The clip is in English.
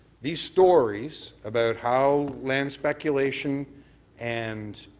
these stories about how land speculation and